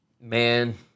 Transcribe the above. Man